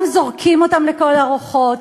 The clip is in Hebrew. גם זורקים אותן לכל הרוחות,